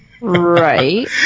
Right